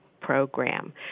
program